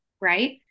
right